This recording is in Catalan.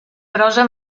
prosa